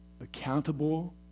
accountable